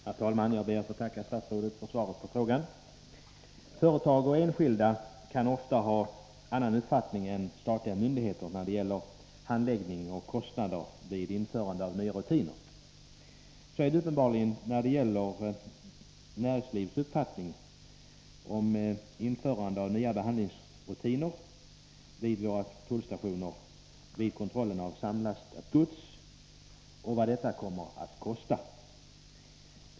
Herr talman! Jag ber att få tacka statsrådet för svaret på frågan. Företag och enskilda kan ofta ha annan uppfattning än statliga myndigheter när det gäller handläggning och kostnader vid införande av nya rutiner. Så är det uppenbarligen när det gäller näringslivets uppfattning om införande av nya behandlingsrutiner vid våra tullstationer vid kontroll av samlastat gods och vad detta kommer att kosta.